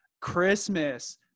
christmas